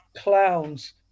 clowns